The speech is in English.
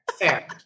Fair